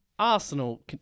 Arsenal